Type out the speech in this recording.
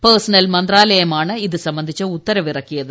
personal മന്ത്രാലയമാണ് ഇത് സംബന്ധിച്ച ഉത്തരവ് ഇറക്കിയത്